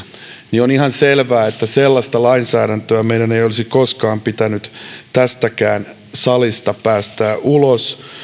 niin on ihan selvää että sellaista lainsäädäntöä meidän ei olisi koskaan pitänyt tästäkään salista päästää ulos